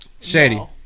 Shady